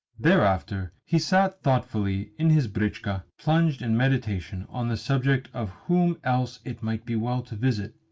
thereafter he sat thoughtfully in his britchka plunged in meditation on the subject of whom else it might be well to visit.